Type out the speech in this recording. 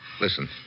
Listen